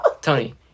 Tony